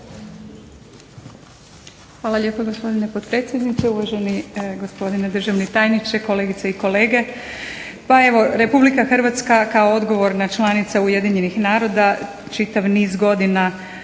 Hvala lijepo gospodine potpredsjedniče, uvaženi gospodine državni tajniče, kolegice i kolege. Pa evo Republika Hrvatska kao odgovorna članica UN-a čitav niz godina